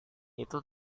itu